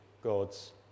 God's